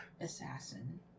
assassin